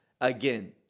Again